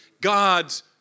God's